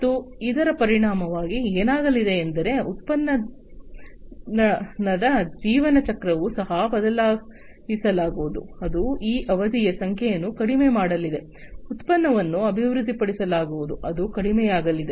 ಮತ್ತು ಇದರ ಪರಿಣಾಮವಾಗಿ ಏನಾಗಲಿದೆ ಎಂದರೆ ಉತ್ಪನ್ನದ ಜೀವನ ಚಕ್ರವನ್ನು ಸಹ ಬದಲಾಯಿಸಲಾಗುವುದು ಅದು ಆ ಅವಧಿಯ ಸಂಖ್ಯೆಯನ್ನು ಕಡಿಮೆ ಮಾಡಲಿದೆ ಉತ್ಪನ್ನವನ್ನು ಅಭಿವೃದ್ಧಿಪಡಿಸಲಾಗುವುದು ಅದು ಕಡಿಮೆಯಾಗಲಿದೆ